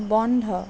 বন্ধ